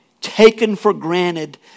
taken-for-granted